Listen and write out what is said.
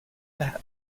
fat